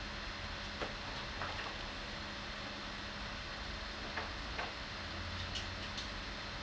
mm